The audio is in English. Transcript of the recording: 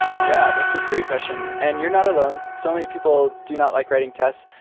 yeah, that's a great question, and you're not alone. so many people do not like writing tests,